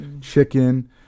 Chicken